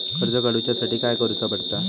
कर्ज काडूच्या साठी काय करुचा पडता?